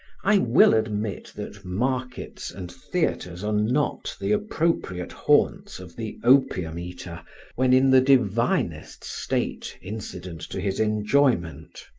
i will admit that markets and theatres are not the appropriate haunts of the opium-eater when in the divinest state incident to his enjoyment.